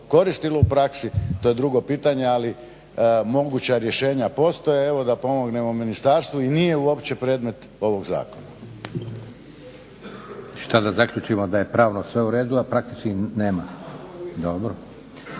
koristilo u praksi to je drugo pitanje ali moguća rješenja postoje. Evo da pomognemo ministarstvu i nije uopće predmet ovog zakona. **Leko, Josip (SDP)** Šta da zaključimo da je pravno sve uredu, a praktički nema? Dobro.